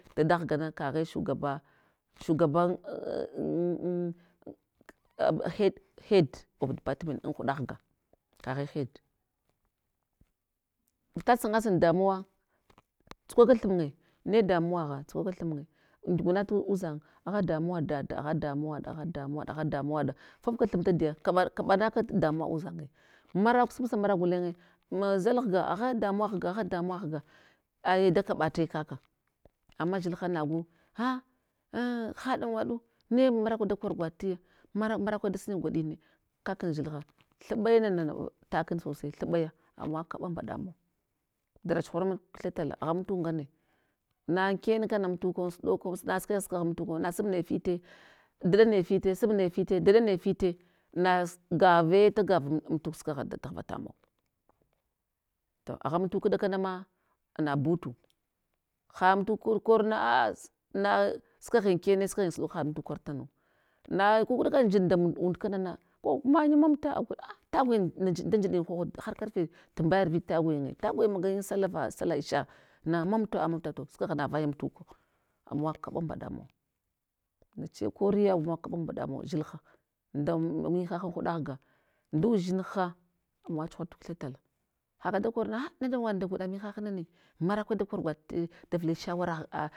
Dada ghgana kaghe shugaba, shugaban head head of department anhuɗa ghga, kaghe head, fita sangasal damuwa tsukwaka thinye, ne damuwagha, tsukwaka thinye, ngi gwanata udzan agha damuwaɗ dada agha damuwaɗ agha damuwaɗ agha damuwaɗa fafka thumun tadiya kaɓa kaɓanaka damuwa udzanye maraku supsa maraku gulenye nazal ghga agha daduwa ghga agha damuwa gha aya da kaɓata kaka. Ama dzil na nagu ha an haɗa gwaɗu, ne nu markwe da kor gwaɗtiya, mar marakwe dasina gwaɗine kak an dzil ha, thuɓe nanana, takni sosai thuɓaya amawa kaɓa mbaɗa mau, da chuhuramau t kwitha tala agha amtuk ngane, na anke kana amtuko, ansuɗokonas nasukwaghe sukwa amtuk anga, nasab naya fite duɗa naya fite sub naya fite duɗa naya fite na nas gave tgava amtuk sukwagha da taghva tamawa, to agha amtuk dakanama nabutu, ha amtuku kor korna aa na sukwa ankene, sukwa gha ansuɗo had had kor tanu, na kukɗa nfiɗe nda und kanana ko manyi mamta agola tagwai nziɗ ndzan dziɗin an hoghad har karfe tumbadaya arviɗ tagwinye, tagwe magayin salla va salla isha na mamto a mamta to sukwagha navayan tuk, amawa kaɓa mɓaɗamun, neche koriya amawa kaɓa mɓaɗamawa dzilha, nda mihahaha an huɗa ghga, nɗzudzinha, amawa chuhurat kwiltha tala, haka da korna ha ne ɗanwaɗ nda gwaɗa mihah nane, marakwe da kor gwaɗa ti davli shawara